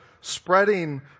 spreading